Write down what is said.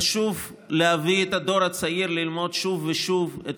חשוב להביא את הדור הצעיר ללמוד שוב ושוב את